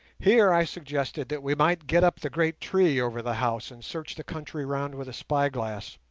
here i suggested that we might get up the great tree over the house and search the country round with a spyglass